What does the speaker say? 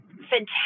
fantastic